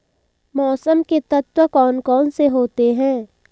मौसम के तत्व कौन कौन से होते हैं?